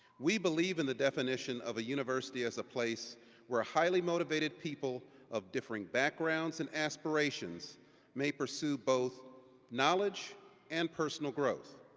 we believe in the definition of a university as a place where highly motivated people of differing backgrounds and aspirations may pursue both knowledge and personal growth.